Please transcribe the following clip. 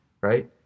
right